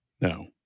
No